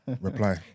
reply